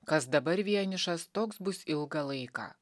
kas dabar vienišas toks bus ilgą laiką